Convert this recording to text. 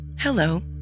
Hello